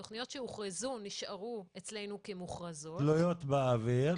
התכניות שהוכרזו נשארו אצלנו כמוכרזות -- תלויות באוויר,